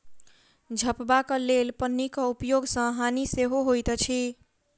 झपबाक लेल पन्नीक उपयोग सॅ हानि सेहो होइत अछि